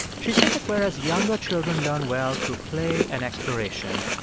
she said that whereas younger children learn well through play and exploration,